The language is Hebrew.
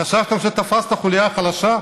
חשבתם שתפסתם חוליה חלשה?